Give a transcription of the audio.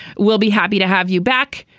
we'll be happy to have you back.